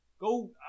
Go